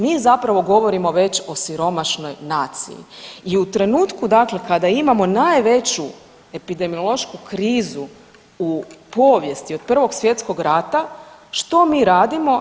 Mi zapravo govorimo već o siromašnoj naciji i u trenutku dakle kada imamo najveću epidemiološku krizu u povijesti, od I. svj. rata, što mi radimo?